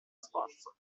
sforzo